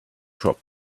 shop